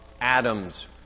Adam's